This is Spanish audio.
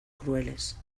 crueles